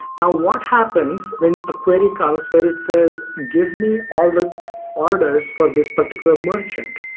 now what happens when a query comes where it it says, give me all the orders for this particular merchant.